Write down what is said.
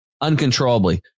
uncontrollably